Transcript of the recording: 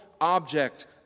object